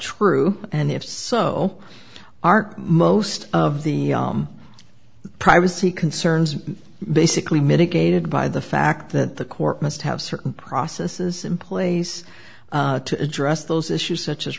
true and if so aren't most of the privacy concerns basically mitigated by the fact that the court must have certain processes in place to address those issues such as